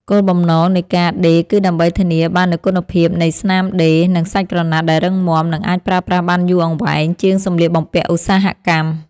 គោលបំណងនៃការដេរគឺដើម្បីធានាបាននូវគុណភាពនៃស្នាមដេរ និងសាច់ក្រណាត់ដែលរឹងមាំ និងអាចប្រើប្រាស់បានយូរអង្វែងជាងសម្លៀកបំពាក់ឧស្សាហកម្ម។